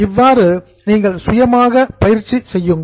இவ்வாறு நீங்கள் சுயமாக எக்சர்சைஸ் பயிற்சி செய்யுங்கள்